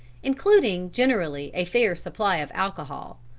including generally a fair supply of alcohol.